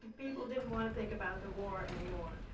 people didn't wanna think about the war anymore.